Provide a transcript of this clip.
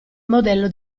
modello